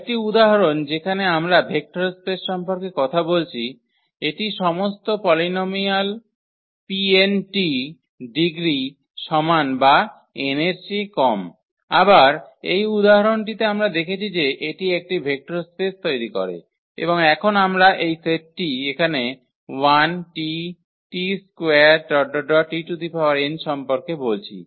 আরেকটি উদাহরণ যেখানে আমরা ভেক্টর স্পেস সম্পর্কে কথা বলছি এটি সমস্ত পলিনোমিয়াল 𝑃𝑛 ডিগ্রি সমান বা n এর চেয়ে কম আবার এই উদাহরণটিতে আমরা দেখেছি যে এটি একটি ভেক্টর স্পেস তৈরি করে এবং এখন আমরা এই সেটটি এখানে 1t t2 t𝑛 সম্পর্কে বলছি